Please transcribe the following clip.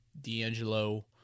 D'Angelo